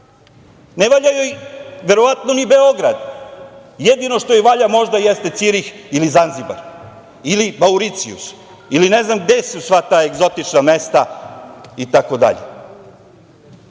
ne valja joj verovatno ni Beograd, jedino što joj valja možda jeste Cirih, Zanzibar, Mauricijus ili ne znam gde su sva ta egzotična mesta. Naravno,